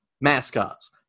mascots